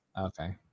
Okay